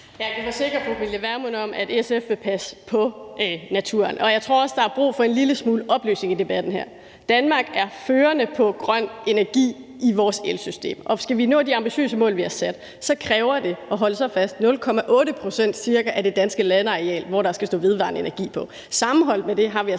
Vermund om, at SF vil passe på naturen, og jeg tror også, at der er brug for en lille smule oplysning i debatten her. Danmark er førende på grøn energi i vores elsystem, og skal vi nå de ambitiøse mål, vi har sat, så kræver det – og hold så fast – ca. 0,8 pct. af det danske landareal, hvor der skal stå vedvarende energi. Sammenholdt med det har vi